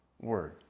word